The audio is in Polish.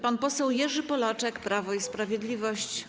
Pan poseł Jerzy Polaczek, Prawo i Sprawiedliwość.